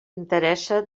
interessa